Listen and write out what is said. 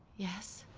yes.